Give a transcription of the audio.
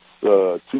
two